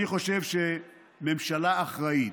אני חושב שממשלה אחראית,